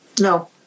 No